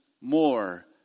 more